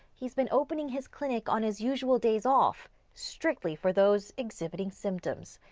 he's been opening his clinic on his usual days off strictly for those exhibiting symptoms.